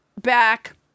back